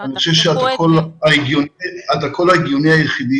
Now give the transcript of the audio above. היה הסגר הארוך ביותר